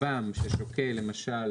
כטב"מ ששוקל למשל